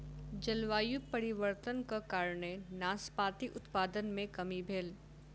जलवायु परिवर्तनक कारणेँ नाशपाती उत्पादन मे कमी भेल